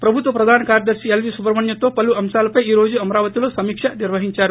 ప్రభుత్వ ప్రధాన కార్యదర్తి ఎల్వీ సుబ్రహ్మణ్యంతో పలు అంశాలపై ఈ రోజు అమరావతిలో సమీక్ష నిర్వహించారు